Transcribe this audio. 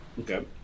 Okay